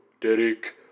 Derek